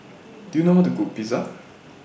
Do YOU know How to Cook Pizza